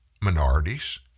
minorities